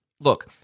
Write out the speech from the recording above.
Look